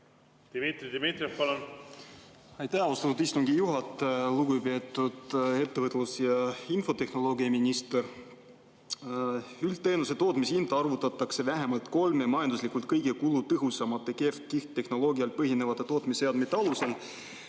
Dmitri Dmitrijev, palun! Aitäh, austatud istungi juhataja! Lugupeetud ettevõtlus‑ ja infotehnoloogiaminister! Üldteenuse tootmishind arvutatakse vähemalt kolme majanduslikult kõige kulutõhusama keevkihttehnoloogial põhineva tootmisseadme alusel.